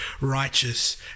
righteous